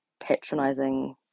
patronizing